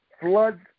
floods